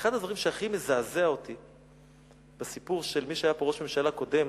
שאחד הדברים שהכי מזעזע אותי בסיפור של מי שהיה פה ראש ממשלה קודם,